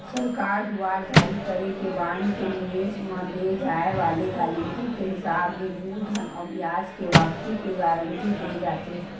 सरकार दुवार जारी करे के बांड के निवेस म दे जाय वाले गारंटी के हिसाब ले मूलधन अउ बियाज के वापसी के गांरटी देय जाथे